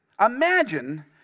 Imagine